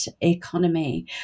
economy